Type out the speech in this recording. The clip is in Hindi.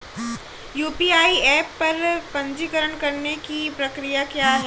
यू.पी.आई ऐप पर पंजीकरण करने की प्रक्रिया क्या है?